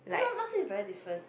no not say very different